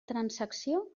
transacció